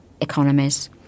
economies